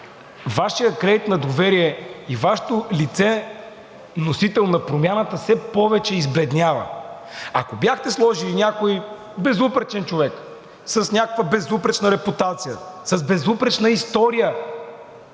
Вашият кредит на доверие и Вашето лице – носител на Промяната, все повече избледнява. Ако бяхте сложили някой безупречен човек с някаква безупречна репутация, с безупречна история,